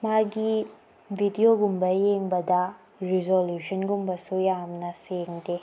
ꯃꯥꯒꯤ ꯚꯤꯗꯤꯑꯣꯒꯨꯝꯕ ꯌꯦꯡꯕꯗ ꯔꯤꯖꯣꯂꯨꯁꯟꯒꯨꯝꯕꯁꯨ ꯌꯥꯝꯅ ꯁꯦꯡꯗꯦ